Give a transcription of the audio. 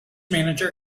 manager